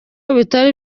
bitari